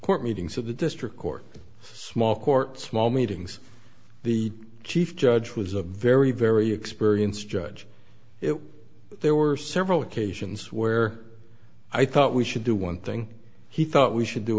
meetings of the district court small court small meetings the chief judge was a very very experienced judge it there were several occasions where i thought we should do one thing he thought we should do